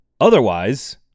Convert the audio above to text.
Otherwise